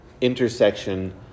intersection